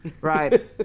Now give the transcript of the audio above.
Right